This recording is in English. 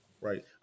Right